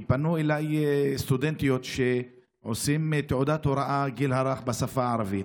כי פנו אליי סטודנטיות שעושות תעודת הוראה לגיל הרך בשפה הערבית.